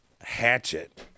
hatchet